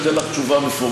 אני אתן לך תשובה מפורטת,